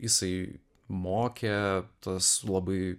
jisai mokė tas labai